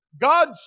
God